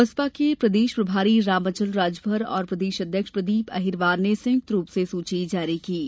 बसपा के प्रदेश प्रभारी रामअचल राजभर और प्रदेश अध्यक्ष प्रदीप अहिरवार ने संयुक्त रूप से सूची जारी की है